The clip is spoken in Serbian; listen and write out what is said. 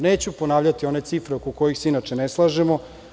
Neću ponavljati one cifre oko kojih se inače ne slažemo.